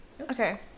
okay